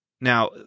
Now